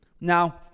now